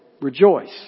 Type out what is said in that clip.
rejoice